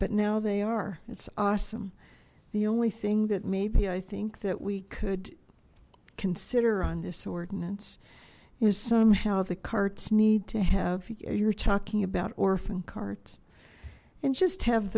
but now they are it's awesome the only thing that maybe i think that we could consider on this ordinance is somehow the carts need to have you're talking about orphan carts and just have